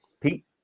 Pete